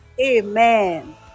amen